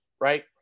right